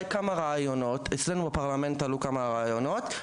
אצלנו בפרלמנט עלו כמה רעיונות.